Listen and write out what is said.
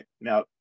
Now